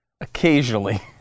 Occasionally